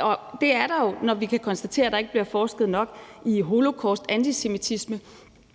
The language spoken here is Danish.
og det er der jo, når vi kan konstatere, at der ikke bliver forsket nok i holocaust og antisemitisme.